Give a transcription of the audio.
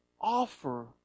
offer